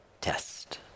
test